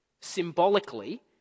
symbolically